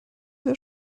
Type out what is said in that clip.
sehr